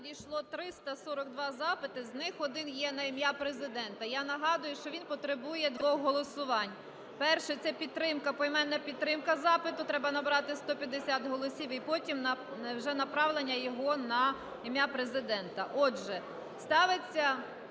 надійшло 342 запити, з них один є на ім'я Президента. Я нагадую, що він потребує двох голосувань. Перше. Це підтримка, поіменна підтримка запиту, треба набрати 150 голосів. І потім вже направлення його на ім'я Президента. Отже, ставиться…